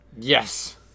Yes